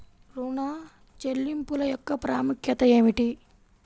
ఋణ చెల్లింపుల యొక్క ప్రాముఖ్యత ఏమిటీ?